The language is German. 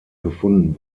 gefunden